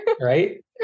Right